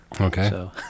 Okay